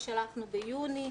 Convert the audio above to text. אותה שלחנו ביוני.